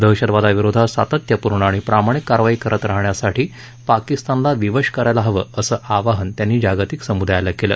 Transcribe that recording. दहशतवादाविरोधात सातत्यपूर्ण आणि प्रामाणिक कारवाई करत राहण्यासाठी पाकिस्तानला विवश करायला हवं असं आवाहन त्यांनी जागतिक सम्दायाला केलं